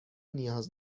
نیاز